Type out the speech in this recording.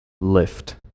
lift